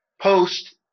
post